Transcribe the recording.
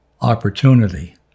opportunity